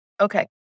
Okay